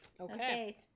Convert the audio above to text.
Okay